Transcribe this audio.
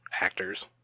actors